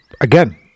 Again